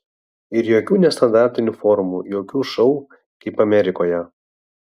ir jokių nestandartinių formų jokių šou kaip amerikoje